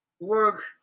work